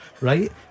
right